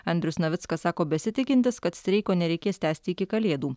andrius navickas sako besitikintis kad streiko nereikės tęsti iki kalėdų